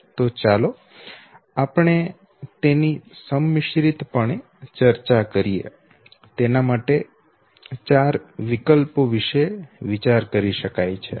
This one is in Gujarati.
તો ચાલો આપણે તેની સંમિશ્રિત પણે ચર્ચા કરીએ તેના માટે ચાર વિકલ્પો વિશે વિચાર કરી શકાય છે